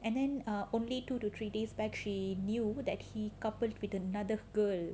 and then err only two to three days back she knew that he coupled with another girl